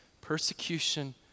persecution